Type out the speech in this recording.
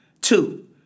two